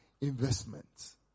investments